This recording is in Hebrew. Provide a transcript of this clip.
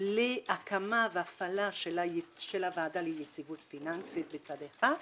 להקמה והפעלה של הוועדה לנציבות פיננסית מצד אחד,